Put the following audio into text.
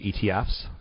ETFs